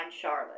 Charlotte